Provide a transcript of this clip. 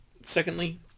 Secondly